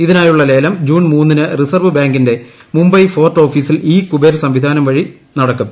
ഇതിനായുള്ള ലേലം ജൂൺ മൂന്നിന് റിസർവ് ബാങ്കിന്റെ മുംബൈ ഫോർട്ട് ഓഫീസിൽ ഇ കുബേർ സംവിധാനം വഴി നടക്കും